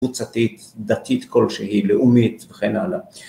קבוצתית, דתית כלשהי, לאומית וכן הלאה.